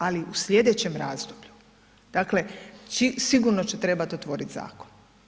Ali u slijedećem razdoblju, dakle sigurno će trebati otvoriti zakon.